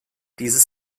dieses